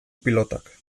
pilotak